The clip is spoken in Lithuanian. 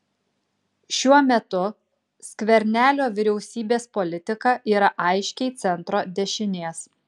šiuo metu skvernelio vyriausybės politika yra aiškiai centro dešinės